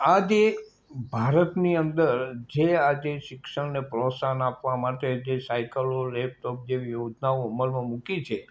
આજે ભારતની અંદર જે આજે શિક્ષણને પ્રોત્સાહન આપવા માટે જે સાઇકલો લૅપટૉપ જે યોજનાઓ અમલમાં મૂકી છે